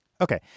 Okay